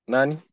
Nani